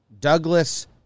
Douglas